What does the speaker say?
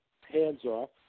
hands-off